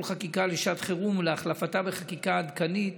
חקיקה לשעת חירום ולהחלפתה בחקיקה עדכנית,